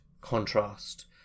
contrast